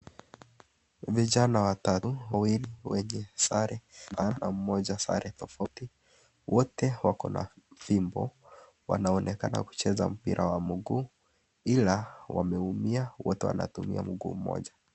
Vijana watatu wawili wenye sare, mahala mmoja sare tofauti. Wote wakona fimbo. Wanaonekana kucheza mpira wa mguu ila, wameumia wote wanatumia mguu moja.